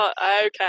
okay